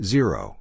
Zero